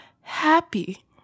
happy